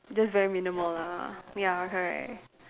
just very minimal lah ya correct